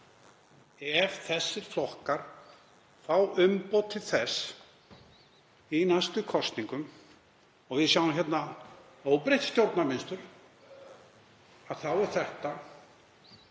Ef þessir flokkar fá umboð til þess í næstu kosningum og við sjáum hérna óbreytt stjórnarmynstur þá er þetta